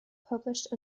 published